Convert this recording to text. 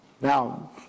Now